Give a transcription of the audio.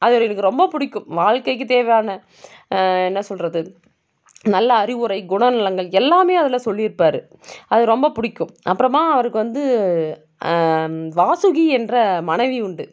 அதில் எனக்கு ரொம்ப பிடிக்கும் வாழ்க்கைக்கு தேவையான என்ன சொல்வது நல்ல அறிவுரை குணநலன்கள் எல்லாமே அதில் சொல்லிருப்பார் அது ரொம்ப பிடிக்கும் அப்புறமா அவருக்கு வந்து வாசுகி என்ற மனைவி உண்டு